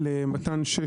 למתן 6